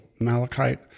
malachite